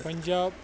Punjab